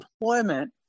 employment